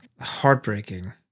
heartbreaking